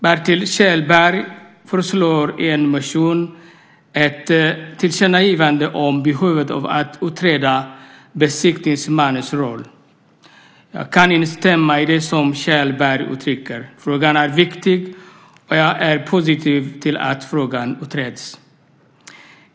Bertil Kjellberg föreslår i en motion ett tillkännagivande om behovet av att utreda besiktningsmannens roll. Jag kan instämma i det som Kjellberg uttrycker. Frågan är viktig, och jag är positiv till att frågan utreds.